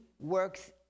works